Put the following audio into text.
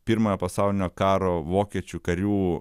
pirmojo pasaulinio karo vokiečių karių